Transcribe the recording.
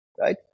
right